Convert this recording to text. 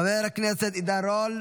חבר הכנסת עידן רול,